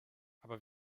aber